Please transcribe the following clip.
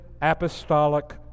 apostolic